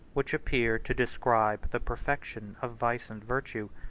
which appear to describe the perfection of vice and virtue,